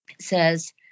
says